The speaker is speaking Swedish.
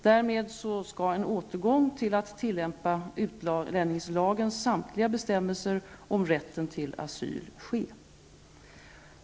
Därmed skall en återgång till att tillämpa utlänningslagens samtliga bestämmelser om rätten till asyl ske.